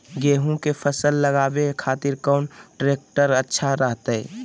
गेहूं के फसल लगावे खातिर कौन ट्रेक्टर अच्छा रहतय?